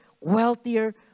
wealthier